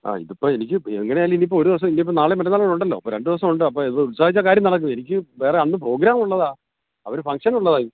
ആ ഇതിപ്പം എനിക്ക് എങ്ങനെ ആയാലും ഇനിപ്പം ഒരു ദിവസം ഇനിപ്പം നാളെയും മറ്റന്നാളും കൂടെ ഉണ്ടല്ലോ അപ്പം രണ്ട് ദിവസം ഉണ്ട് അപ്പം ഇത് ഉത്സാഹിച്ചാൽ കാര്യം നടക്കും എനിക്ക് വേറെ അന്ന് പ്രോഗ്രാം ഉള്ളതാ അതൊരു ഫങ്ങ്ഷൻ ഉള്ളതാ